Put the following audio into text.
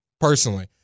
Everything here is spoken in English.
Personally